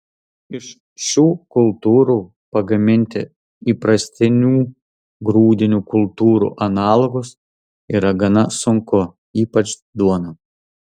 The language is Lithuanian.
iš šių kultūrų pagaminti įprastinių grūdinių kultūrų analogus yra gana sunku ypač duoną